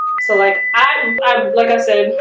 so like i um like i said,